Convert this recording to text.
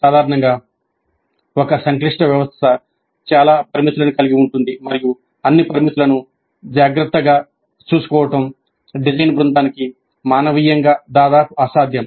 సాధారణంగా ఒక సంక్లిష్ట వ్యవస్థ చాలా పారామితులను కలిగి ఉంటుంది మరియు అన్ని పారామితులను జాగ్రత్తగా చూసుకోవడం డిజైన్ బృందానికి మానవీయంగా దాదాపు అసాధ్యం